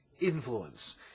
influence